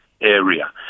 area